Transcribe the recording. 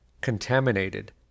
contaminated